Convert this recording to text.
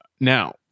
now